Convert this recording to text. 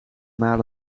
maar